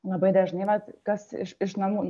labai dažnai vat kas iš iš namų